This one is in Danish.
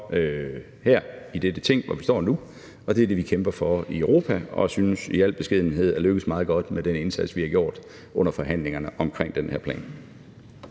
her i dette Ting, hvor vi står nu, og det er det, vi kæmper for i Europa, og vi synes i al beskedenhed, at vi er lykkedes meget godt med den indsats, vi har gjort under forhandlingerne om den her plan.